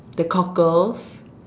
the cockles